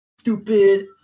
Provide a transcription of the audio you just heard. stupid